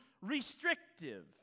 restrictive